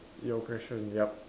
your question yup